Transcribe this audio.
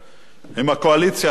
עם הקואליציה הנוכחית.